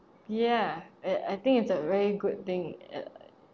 ya I I think it's a very good thing uh